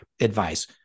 advice